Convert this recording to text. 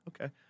okay